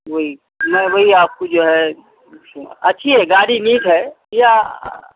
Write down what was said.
وہی میں وہی آپ کو جو ہے اچھی ہے گاڑی نیٹ ہے یا